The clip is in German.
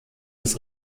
des